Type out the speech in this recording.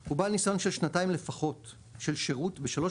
הוא בעל ניסיון של שנתיים לפחות של שירות בשלוש